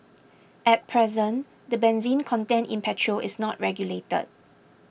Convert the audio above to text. at present the benzene content in petrol is not regulated